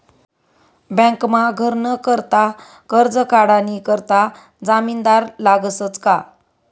बँकमा घरनं करता करजं काढानी करता जामिनदार लागसच का